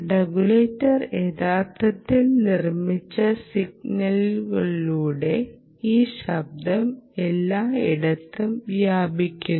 regulator യഥാർത്ഥത്തിൽ നിർമ്മിച്ച സിലിക്കണിലൂടെ ഈ ശബ്ദം എല്ലായിടത്തും വ്യാപിക്കുന്നു